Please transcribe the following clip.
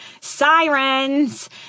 sirens